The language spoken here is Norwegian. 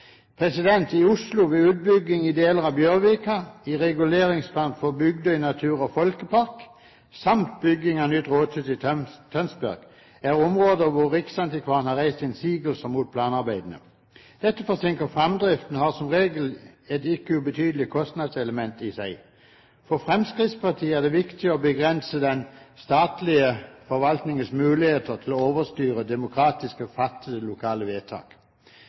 I forbindelse med utbyggingen av deler av Bjørvika i Oslo, reguleringsplanen for Bygdøy natur- og folkepark samt byggingen av nytt rådhus i Tønsberg har riksantikvaren reist innsigelser mot planarbeidene. Dette forsinker fremdriften og har som regel et ikke ubetydelig kostnadselement i seg. For Fremskrittspartiet er det viktig å begrense den statlige forvaltningens muligheter til å overstyre demokratisk fattede lokale vedtak.